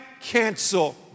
cancel